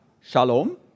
shalom